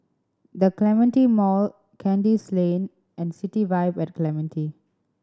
The Clementi Mall Kandis Lane and City Vibe at Clementi